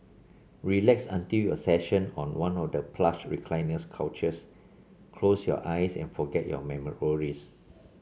relax until your session on one of the plush recliner couches close your eyes and forget your worries